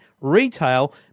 retail